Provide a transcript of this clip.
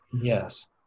Yes